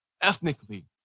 ethnically